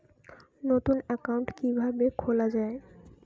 নতুন একাউন্ট কিভাবে খোলা য়ায়?